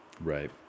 Right